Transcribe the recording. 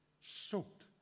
soaked